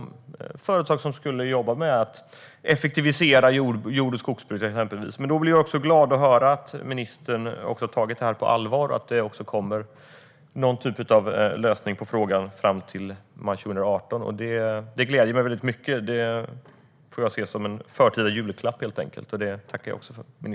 Det är företag som exempelvis skulle ha jobbat med att effektivisera jord och skogsbruket. Jag blir glad att höra att ministern har tagit detta på allvar och att det kommer någon typ av lösning på frågan fram till maj 2018. Det gläder mig mycket, och jag får helt enkelt se det som en förtida julklapp. Jag tackar ministern för detta.